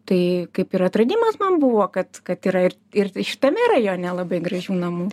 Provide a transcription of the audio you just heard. tai kaip ir atradimas man buvo kad kad yra ir ir šitame rajone labai gražių namų